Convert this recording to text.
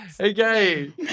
okay